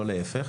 ולא להיפך.